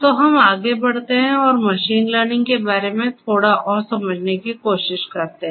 तो हम आगे बढ़ते हैं और मशीन लर्निंग के बारे में थोड़ा और समझने की कोशिश करते हैं